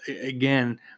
again